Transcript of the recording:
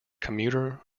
commuter